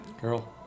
Girl